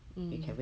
mm